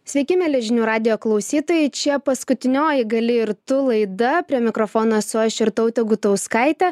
sveiki mieli žinių radijo klausytojai čia paskutinioji gali ir tu laida prie mikrofono esu aš irtautė gutauskaitė